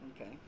Okay